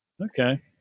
Okay